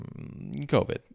COVID